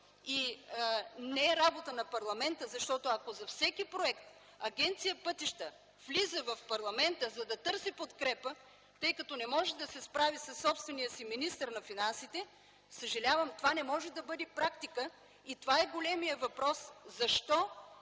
Не е работа на парламента! Ако за всеки проект Агенция „Пътища” влиза в парламента, за да търси подкрепа, тъй като не може да се справи със собствения си министър на финансите, съжалявам, но това не може да бъде практика. Това е големият въпрос: защо